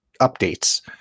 updates